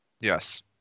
Yes